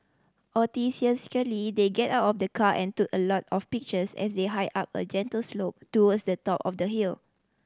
they get out of the car and took a lot of pictures as they hiked up a gentle slope towards the top of the hill